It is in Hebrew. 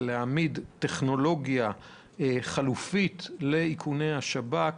להעמיד טכנולוגיה חלופית לאיכוני השב"כ